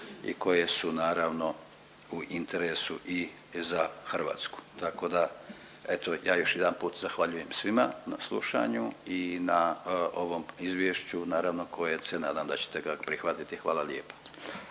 i koje su naravno u interesu i za Hrvatsku. Tako da eto ja još jedanput zahvaljujem svima na slušanju i na ovom izvješću naravno koje se nadam da ćete ga prihvatiti. Hvala lijepa.